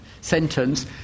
sentence